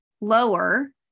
lower